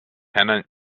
gen